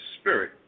Spirit